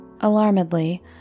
Alarmedly